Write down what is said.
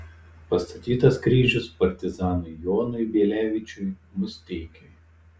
pastatytas kryžius partizanui jonui bielevičiui musteikiui